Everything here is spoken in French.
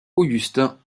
augustin